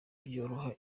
byoroha